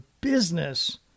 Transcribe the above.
business